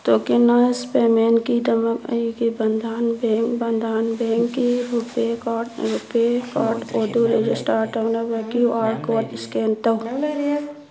tokenise ꯄꯦꯃꯦꯟꯀꯤꯗꯃꯛ ꯑꯩꯒꯤ Bandhan bank Bandhan ꯕꯦꯡꯀꯤ ꯔꯨꯄꯦ ꯀꯥꯔꯠ ꯔꯨꯄꯦ ꯀꯥꯔꯠ ꯑꯗꯨ ꯔꯦꯖꯤꯁꯇꯔ ꯇꯧꯅꯕ ꯀ꯭ꯌꯨ ꯑꯥꯔ ꯀꯣꯠ ꯏꯁꯀꯦꯟ ꯇꯧ